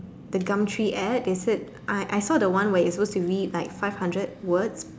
the Gumtree ad they said I I saw the one where you suppose to read like five hundred words